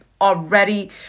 already